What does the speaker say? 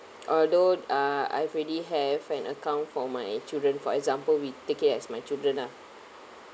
although uh I've already have an account for my children for example we take it as my children ah